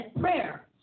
prayer